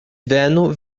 venu